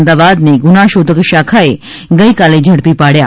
અમદાવાદની ગુનાશોધક શાખાએ ગઇકાલે ઝડપી પાડયા